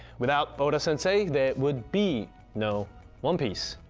without oda-sensei, there would be no one piece.